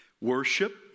Worship